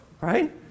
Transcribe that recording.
Right